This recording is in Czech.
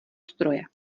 stroje